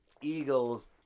Eagles